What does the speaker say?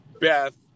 Beth